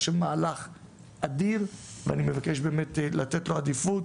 מהלך אדיר, ואני מבקש לתת לו עדיפות